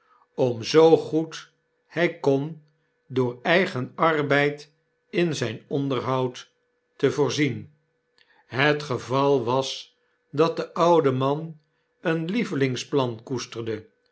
om zoo goed hy kon door eigen arbeid in zyn onderhoud te voorzien het geval was dat de oude man een lievelingsplan koesterde